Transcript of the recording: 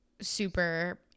super